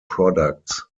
products